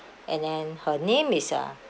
and then her name is uh